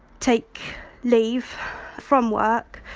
take leave from work,